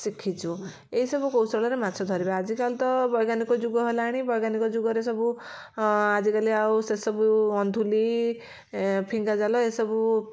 ଶିଖିଛୁ ଏଇ ସବୁ କୌଶଳରେ ମାଛ ଧରିବା ଆଜିକାଲି ତ ବୈଜ୍ଞାନିକ ଯୁଗ ହେଲାଣି ବୈଜ୍ଞାନିକ ଯୁଗରେ ସବୁ ହଁ ଆଜିକାଲି ସେ ସବୁ ଅନ୍ଧୁଲି ଫିଙ୍ଗା ଜାଲ ଏ ସବୁ